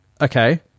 Okay